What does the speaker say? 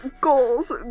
Goals